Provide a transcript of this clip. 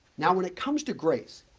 now, when it comes to grays.